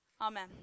Amen